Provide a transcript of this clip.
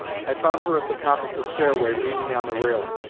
i found her at the top of the stairway, leaning on the railing,